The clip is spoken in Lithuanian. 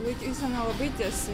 laikysena labai tiesi